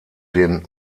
den